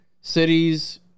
cities